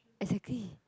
exactly